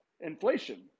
inflation